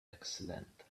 accident